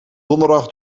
donderdag